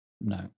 No